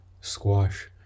squash